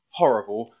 horrible